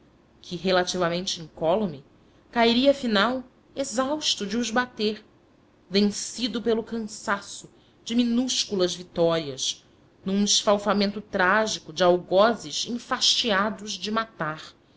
que relativamente incólume cairia afinal exausto de os bater vencido pelo cansaço de minúsculas vitórias num esfalfamento trágico de algozes enfastiados de matar